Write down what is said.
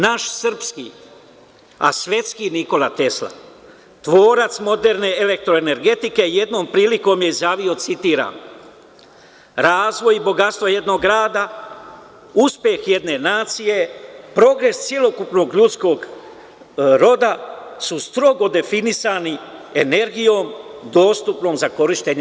Naš srpski, a svetski Nikola Tesla, tvorac moderne elektroenergetike jednom prilikom je izjavio: „Razvoj i bogatstvo jednog grada, uspeh jedne nacije, progres celokupnog ljudskog roda su strogo definisani energijom dostupnom za korišćenje“